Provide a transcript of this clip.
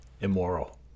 Immoral